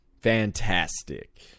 Fantastic